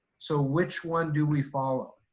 so which one do we follow?